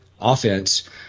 offense